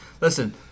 listen